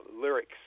Lyrics